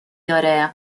داره